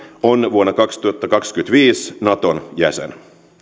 on vuonna kaksituhattakaksikymmentäviisi naton jäsen